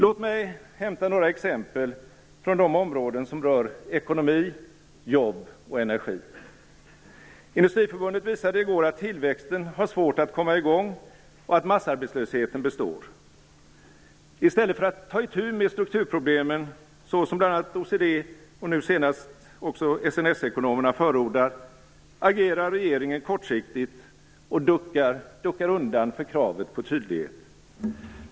Låt mig hämta några exempel från de områden som rör ekonomi, jobb och energi. Industriförbundet visade i går att tillväxten har svårt att komma i gång och att massarbetslösheten består. I stället för att ta itu med strukturproblemen såsom bl.a. OECD och nu senast SNS-ekonomerna förordar agerar regeringen kortsiktigt och duckar undan för kravet på tydlighet.